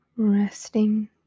resting